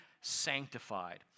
sanctified